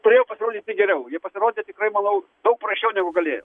turėjo pasirodyti geriau jie pasirodė tikrai manau daug prasčiau negu galėjo